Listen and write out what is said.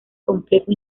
complejo